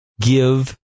give